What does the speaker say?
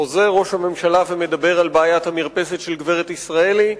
חוזר ראש הממשלה ומדבר על בעיית המרפסת של גברת ישראלי.